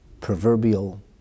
proverbial